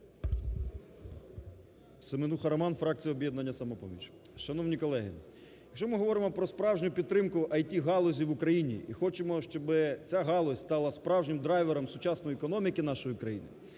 Семенуха Роман, фракція "Об'єднання "Самопоміч". Шановні колеги, якщо ми говоримо про справжню підтримку ІТ-галузі в Україні і хочемо, щоби ця галузь стала справжнім драйвером сучасної економіки нашої країни,